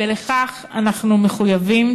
ולכך אנחנו מחויבים.